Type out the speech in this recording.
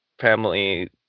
family